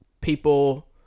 people